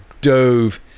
dove